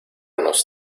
nos